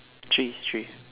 three three